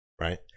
right